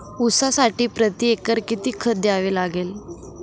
ऊसासाठी प्रतिएकर किती खत द्यावे लागेल?